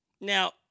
Now